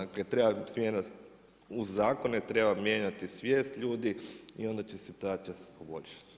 Ako treba … u zakone, treba mijenjati svijest ljudi onda će se … poboljšati.